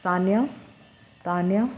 Sania Tania